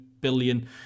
billion